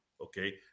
Okay